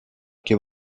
que